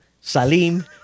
salim